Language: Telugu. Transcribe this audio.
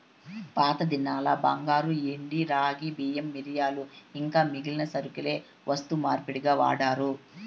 పాతదినాల్ల బంగారు, ఎండి, రాగి, బియ్యం, మిరియాలు ఇంకా మిగిలిన సరకులే వస్తు మార్పిడిగా వాడారు